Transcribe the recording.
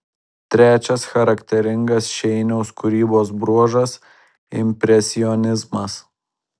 trečias charakteringas šeiniaus kūrybos bruožas impresionizmas